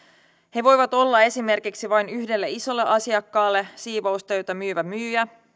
he voivat olla esimerkiksi vain yhdelle isolle asiakkaalle siivoustöitä myyvä myyjä